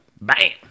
Bam